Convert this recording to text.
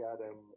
Adam